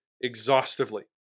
exhaustively